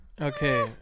Okay